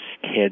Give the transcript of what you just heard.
kids